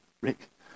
Rick